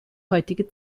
heutige